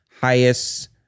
highest